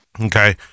Okay